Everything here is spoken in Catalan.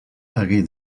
hagué